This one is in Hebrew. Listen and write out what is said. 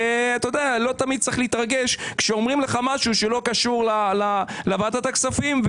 לא תמיד צריך להתרגש כשאומרים לך משהו שלא קשור לוועדת הכספים,